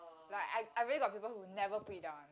like I I really got people who never put it down one